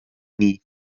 nie